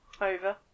Over